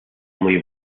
muy